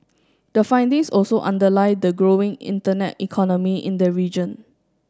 the findings also underlie the growing internet economy in the region